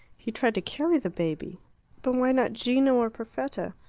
he tried to carry the baby but why not gino or perfetta?